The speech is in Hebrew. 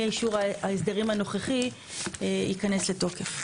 מאישור ההסדרים הנוכחי ייכנס לתוקף.